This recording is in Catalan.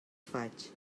faig